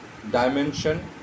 dimension